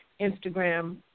Instagram